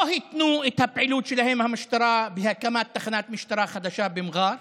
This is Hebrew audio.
לא התנו את הפעילות של המשטרה בהקמת תחנת משטרה חדשה במר'אר,